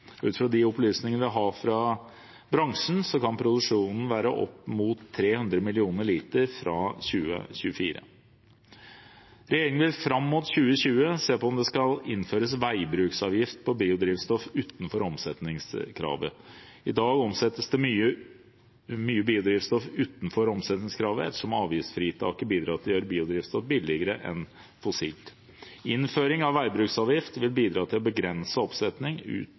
Ut fra de opplysningene vi har fra bransjen, kan produksjonen være opp mot 300 mill. liter fra 2024. Regjeringen vil fram mot 2020 se på om det skal innføres veibruksavgift på biodrivstoff utenfor omsetningskravet. I dag omsettes det mye biodrivstoff utenfor omsetningskravet, ettersom avgiftsfritaket bidrar til å gjøre biodrivstoff billigere enn fossilt drivstoff. Innføring av veibruksavgift vil bidra til å begrense